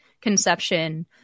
conception